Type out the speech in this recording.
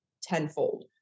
tenfold